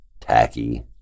tacky